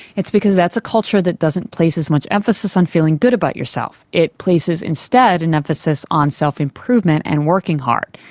it's because that's a culture that doesn't place as much emphasis on feeling good about yourself, it places instead an and emphasis on self-improvement and working hard.